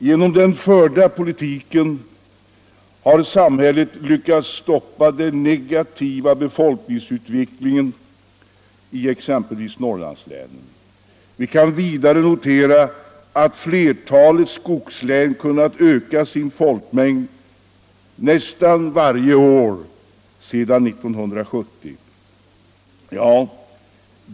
Genom den förda politiken har samhället lyckats stoppa den negativa befolkningsutvecklingen i exempelvis Norrlandslänen. Vi kan vidare notera, att flertalet skogslän kunnat öka sin folkmängd nästan varje år sedan 1970.